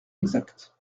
exact